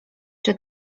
czy